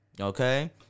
Okay